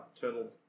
turtles